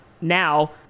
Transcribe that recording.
now